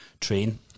Train